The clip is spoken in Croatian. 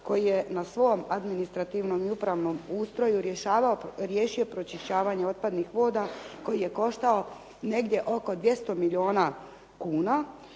koji je na svom administrativnom i upravnom ustroju riješio pročišćavanje otpadnih voda koji je koštao negdje oko 200 milijuna kuna.